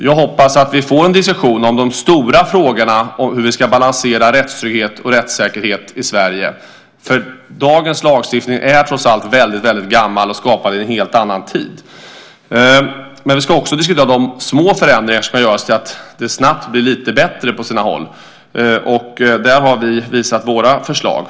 Jag hoppas att vi får en diskussion om de stora frågorna, om hur vi i Sverige ska balansera rättstrygghet och rättssäkerhet, för dagens lagstiftning är väldigt gammal och skapad i en helt annan tid. Men vi ska också diskutera de små förändringarna så att det snabbt blir lite bättre på olika håll. Där har vi gett våra förslag.